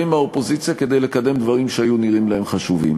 מהאופוזיציה כדי לקדם דברים שנראו להם חשובים.